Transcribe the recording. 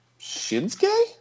Shinsuke